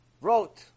wrote